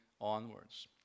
onwards